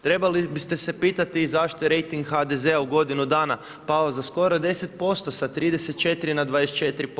Trebali biste se pitati zašto je rejting HDZ-a u godinu dana pao za skoro 10% sa 34 na 24%